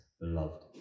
beloved